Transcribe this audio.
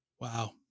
Wow